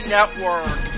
Network